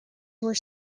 were